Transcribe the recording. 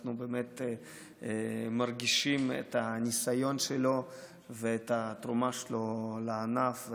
ואנחנו באמת מרגישים את הניסיון שלו ואת התרומה שלו לענף,